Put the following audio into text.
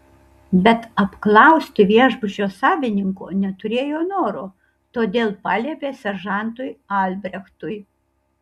bet apklausti viešbučio savininko neturėjo noro todėl paliepė seržantui albrechtui